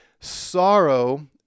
sorrow